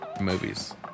movies